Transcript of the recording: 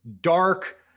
dark